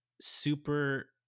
super